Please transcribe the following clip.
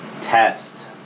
test